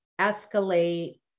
escalate